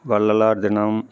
வள்ளலார் தினம்